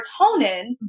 serotonin